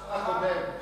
זה שר האוצר שלך.